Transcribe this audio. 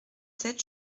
sept